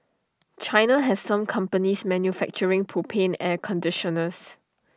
China has some companies manufacturing propane air conditioners